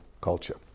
culture